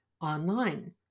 online